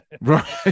Right